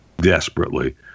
desperately